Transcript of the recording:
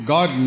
God